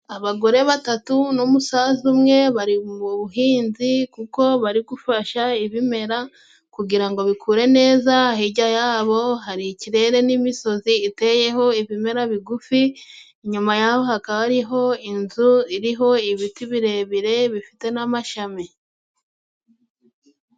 Abagore batatu n'umusaza umwe bari mu buhinzi kuko bari gufasha ibimera kugira ngo bikure neza, hijya yabo hari ikirere n'imisozi iteyeho ibimera bigufi ,inyuma yabo hakaba hariho inzu iriho ibiti birebire bifite n'amashami.